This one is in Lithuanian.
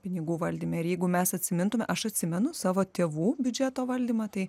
pinigų valdyme ir jeigu mes atsimintume aš atsimenu savo tėvų biudžeto valdymą tai